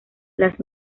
las